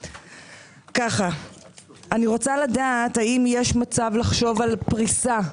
אני רוצה לדעת האם יש מצב לחשוב על פריסה לעסקים,